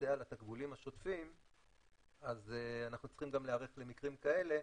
שיכסה על התקבולים השוטפים אז אנחנו צריכים גם להיערך למקרים כאלה,